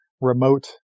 remote